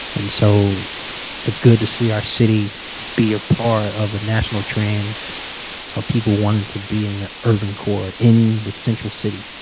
and so it's good to see our city be a part of the national trend of people wanting to be in the urban core in the central city.